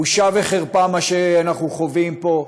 בושה וחרפה מה שאנחנו חווים פה,